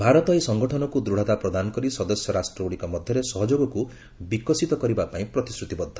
ଭାରତ ଏହି ସଙ୍ଗଠନକୁ ଦୂଢ଼ତା ପ୍ରଦାନ କରି ସଦସ୍ୟ ରାଷ୍ଟ୍ରଗୁଡ଼ିକ ମଧ୍ୟରେ ସହଯୋଗକୁ ବିକଶିତ କରିବାପାଇଁ ପ୍ରତିଶ୍ରତିବଦ୍ଧ